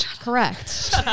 Correct